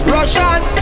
Russian